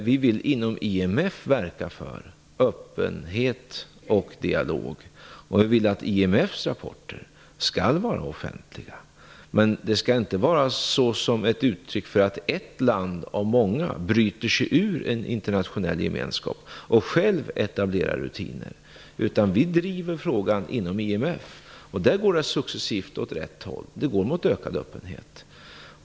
Vi vill inom IMF verka för öppenhet och dialog och vill att dess rapporter skall vara offentliga. Men offentliggörandet skall inte ske som ett uttryck för att ett land av många bryter sig ut ur en internationell gemenskap och självt etablerar rutiner, utan vi driver frågan inom IMF, och det går där successivt mot rätt håll, mot en öppenhet.